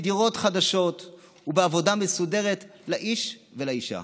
בדירות חדשות ובעבודה מסודרת לאיש ולאישה.